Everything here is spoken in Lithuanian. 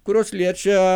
kurios liečia